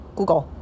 Google，